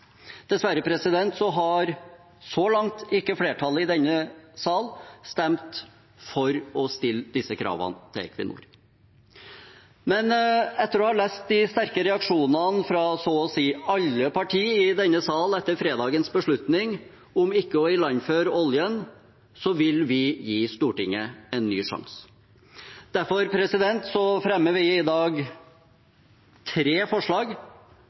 Så langt har flertallet i denne salen dessverre ikke stemt for å stille disse kravene til Equinor. Etter å ha lest de sterke reaksjonene fra så å si alle partier i denne salen etter fredagens beslutning om ikke å ilandføre oljen, vil vi gi Stortinget en ny sjanse. Derfor fremmer vi i dag tre forslag